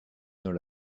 dans